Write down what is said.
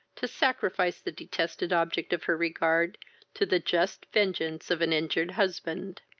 to sacrifice the detested object of her regard to the just vengeance of an injured husband.